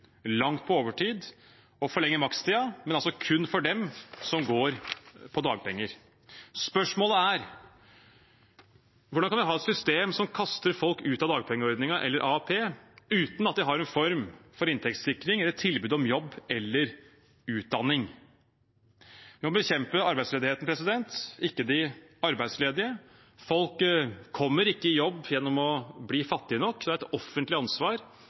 langt på overtid – og forlenge makstiden, men kun for dem som går på dagpenger. Spørsmålet er: Hvordan kan vi ha et system som kaster folk ut av dagpengeordningen eller AAP uten at det er en form for inntektssikring eller tilbud om jobb eller utdanning? Vi må bekjempe arbeidsledigheten, ikke de arbeidsledige. Folk kommer ikke i jobb gjennom å bli fattige nok. Det er et offentlig ansvar